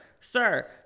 Sir